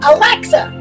Alexa